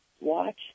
watch